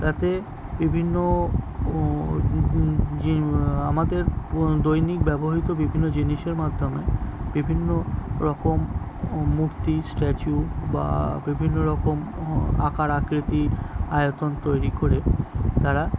তাতে বিভিন্ন আমাদের দৈনিক ব্যবহৃত বিভিন্ন জিনিসের মাধ্যমে বিভিন্ন রকম মূর্তি স্ট্যাচু বা বিভিন্ন রকম আকার আকৃতি আয়তন তৈরি করে তারা